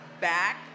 back